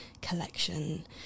collection